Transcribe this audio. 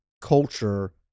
culture